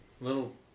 Little